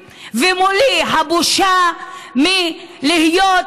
מה היא עשתה שאת קוראת לה מחבלת?